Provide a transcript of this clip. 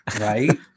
right